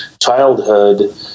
childhood